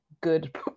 good